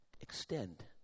extend